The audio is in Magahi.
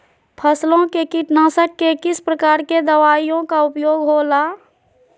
फसलों के कीटनाशक के किस प्रकार के दवाइयों का उपयोग हो ला?